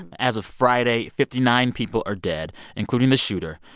and as of friday, fifty nine people are dead, including the shooter.